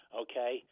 okay